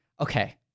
Okay